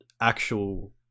actual